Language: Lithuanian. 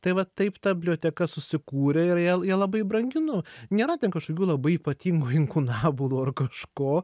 tai vat taip ta biblioteka susikūrė ir ją ją labai branginu nėra ten kažkokių labai ypatingų inkunabulų ar kažko